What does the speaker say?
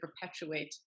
perpetuate